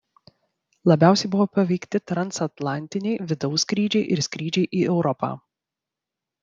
labiausiai buvo paveikti transatlantiniai vidaus skrydžiai ir skrydžiai į europą